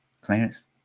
Clarence